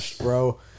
bro